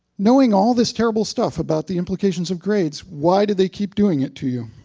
knowing all this terrible stuff about the implications of grades, why do they keep doing it to you?